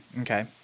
Okay